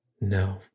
No